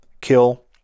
kill